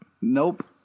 Nope